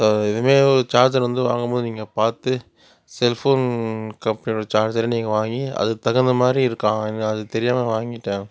அது இனிமேல் சார்ஜர் வந்து வாங்கும் போது நீங்கள் பார்த்து செல் ஃபோன் கம்பெனியோட சார்ஜரை நீங்கள் வாங்கி அதுக்கு தகுந்த மாதிரி இருக்கா நீங்கள் அது தெரியாமல் வாங்கிட்டேன்